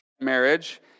marriage